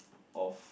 of